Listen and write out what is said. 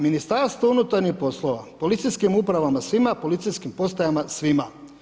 Ministarstvo unutarnjih poslova - policijskim upravama svima, policijskim postajama svima.